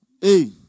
Hey